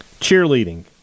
Cheerleading